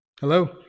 Hello